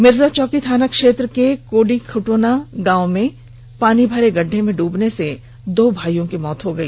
मिर्जाचौकी थाना क्षेत्र के कोडीखुटोना गांव में पानी भरे गड्ढे में डूबने से दो सगे भाइयों की मौत हो गई